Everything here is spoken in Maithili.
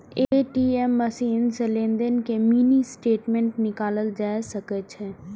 ए.टी.एम मशीन सं लेनदेन के मिनी स्टेटमेंट निकालल जा सकै छै